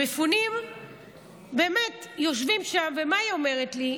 המפונים באמת יושבים שם, ומה היא אומרת לי?